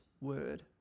word